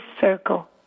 circle